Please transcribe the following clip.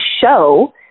show